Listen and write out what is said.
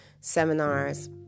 seminars